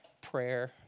prayer